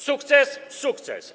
Sukces? Sukces.